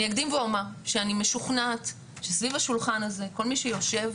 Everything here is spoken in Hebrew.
אני אקדים ואומר שאני משוכנעת שסביב השולחן הזה כל מי שיושב,